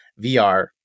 VR